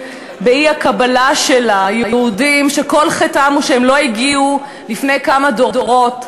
באי-קבלה של היהודים שכל חטאם הוא שהם לא הגיעו לפני כמה דורות,